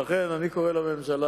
לכן אני קורא לממשלה,